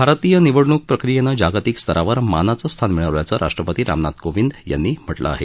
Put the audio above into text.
भारतीय निवडणूक प्रक्रियेनं जागतिक स्तरावर मानाचं स्थान मिळवल्याचं राष्ट्रपती रामनाथ कोविंद यांनी म्हटलं आहे